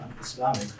Islamic